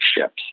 ships